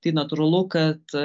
tai natūralu kad